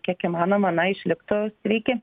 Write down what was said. kiek įmanoma na išliktų sveiki